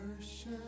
worship